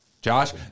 Josh